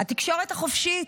התקשורת החופשית,